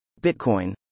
Bitcoin